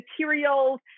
materials